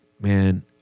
man